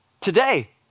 today